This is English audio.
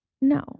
No